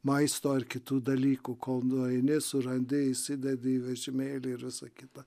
maisto ir kitų dalykų kol nueini surandi įsidedi į vežimėlį ir visa kita